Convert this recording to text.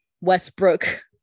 Westbrook